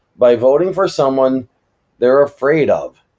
by voting for someone they're afraid of,